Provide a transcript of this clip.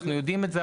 אנחנו יודעים את זה.